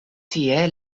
tie